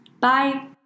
Bye